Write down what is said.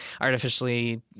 artificially